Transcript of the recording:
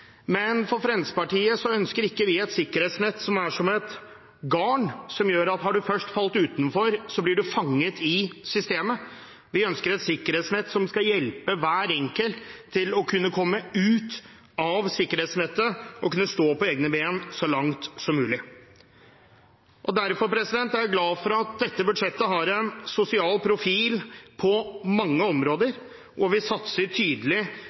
men Fremskrittspartiet ønsker ikke et sikkerhetsnett som er som et garn som gjør at hvis man først har falt utenfor, så blir man fanget i systemet. Vi ønsker et sikkerhetsnett som skal hjelpe hver enkelt til å komme ut av sikkerhetsnettet og kunne stå på egne ben så langt som mulig. Derfor er jeg glad for at dette budsjettet har en sosial profil på mange områder, og vi satser tydelig